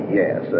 yes